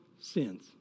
sins